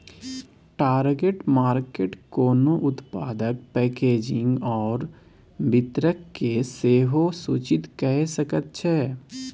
target market कोनो उत्पादक packaging आओर वितरणकेँ सेहो सूचित कए सकैत छै